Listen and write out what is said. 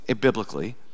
biblically